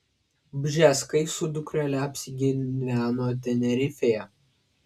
bžeskai su dukrele apsigyveno tenerifėje